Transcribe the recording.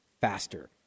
faster